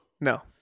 No